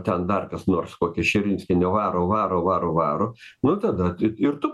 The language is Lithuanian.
ten dar kas nors kokia širinskienė varo varo varo varo nu tada ir tu